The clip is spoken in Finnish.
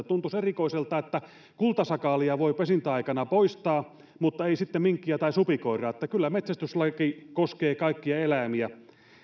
tuntuisi erikoiselta että kultasakaalin voi pesintäaikana poistaa mutta ei sitten minkkiä tai supikoiraa kyllä metsästyslaki koskee kaikkia eläimiä